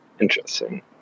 Interesting